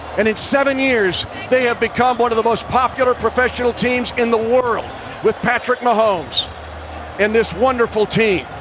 and in seven years they have become one of the most popular professional teams in the world with patrick mahomes and this wonderful team.